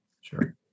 Sure